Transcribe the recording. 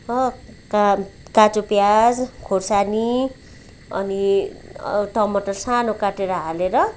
हक काम काँचो प्याज खोर्सानी अनि टमाटर सानो काटेर हालेर